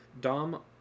Dom